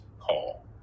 call